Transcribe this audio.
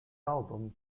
album